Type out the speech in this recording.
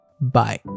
Bye